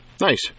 Nice